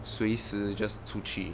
随时 just 出去